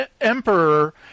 Emperor